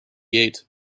gate